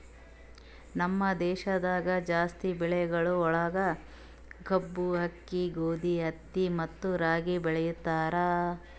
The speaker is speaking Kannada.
ನಮ್ ದೇಶದಾಗ್ ಜಾಸ್ತಿ ಬೆಳಿಗೊಳ್ ಒಳಗ್ ಕಬ್ಬು, ಆಕ್ಕಿ, ಗೋದಿ, ಹತ್ತಿ ಮತ್ತ ರಾಗಿ ಬೆಳಿತಾರ್